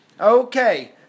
Okay